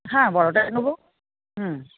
হ্যাঁ বড়টাই নেব হুম